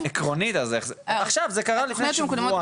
עקרונית אז איך זה, עכשיו זה קרה לפני שבועיים.